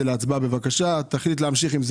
בעד קבלת